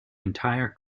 entire